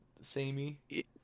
samey